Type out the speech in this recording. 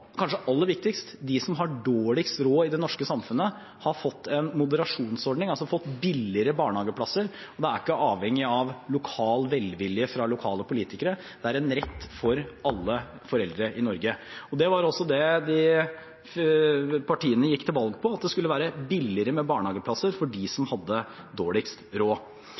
kanskje aller viktigst: De som har dårligst råd i det norske samfunnet, har fått en moderasjonsordning – de har fått billigere barnehageplasser. Man er ikke avhengig av velvilje fra lokale politikere, det er en rett for alle foreldre i Norge. Det var også det partiene gikk til valg på – at det skulle være billigere barnehageplasser for dem som hadde dårligst råd.